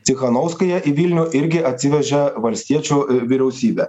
cichanauskają į vilnių irgi atsivežė valstiečių vyriausybė